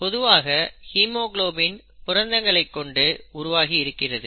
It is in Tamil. பொதுவாக ஹீமோகுளோபின் புரதங்களை கொண்டு உருவாகி இருக்கிறது